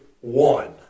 one